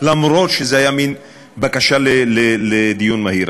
אף שזאת הייתה מין בקשה לדיון מהיר.